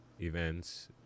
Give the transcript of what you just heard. events